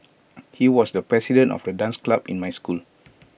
he was the president of the dance club in my school